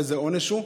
באיזה עונש הוא.